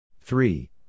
Three